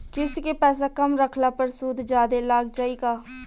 किश्त के पैसा कम रखला पर सूद जादे लाग जायी का?